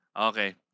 Okay